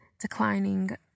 declining